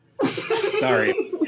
sorry